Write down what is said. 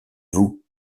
vous